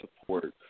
support